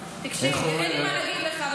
תקשיב, אין לי מה להגיד לך.